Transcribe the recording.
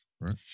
right